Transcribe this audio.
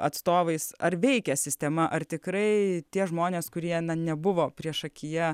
atstovais ar veikia sistema ar tikrai tie žmonės kurie nebuvo priešakyje